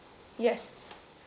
yes